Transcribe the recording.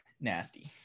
nasty